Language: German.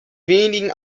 wenigen